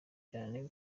cyane